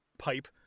pipe